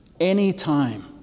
anytime